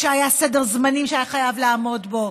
כשהיה סדר זמנים שהייתה חובה לעמוד בו,